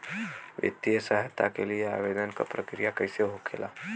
वित्तीय सहायता के लिए आवेदन क प्रक्रिया कैसे होखेला?